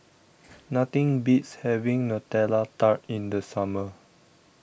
Nothing Beats having Nutella Tart in The Summer